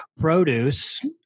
produce